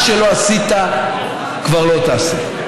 הוא מגדולי התומכים במאבק הזה,